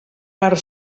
per